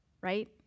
right